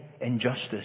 injustice